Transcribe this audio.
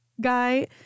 guy